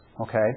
okay